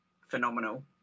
phenomenal